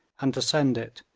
and to send it,